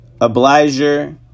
obliger